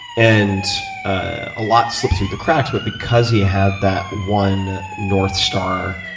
and a lot slipped through the cracks, but because he had that one north star,